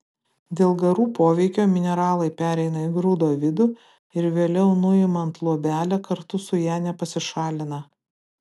dėl garų poveikio mineralai pereina į grūdo vidų ir vėliau nuimant luobelę kartu su ja nepasišalina